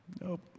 Nope